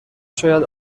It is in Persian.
شاید